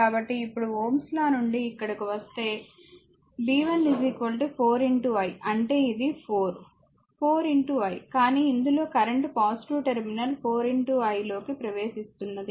కాబట్టి ఇప్పుడు Ω s లా నుండి ఇక్కడకు వస్తే b 1 4 i అంటే ఇది 4 4 i కానీ ఇందులో కరెంట్ పాజిటివ్ టెర్మినల్ 4 i లోకి ప్రవేశిస్తున్నది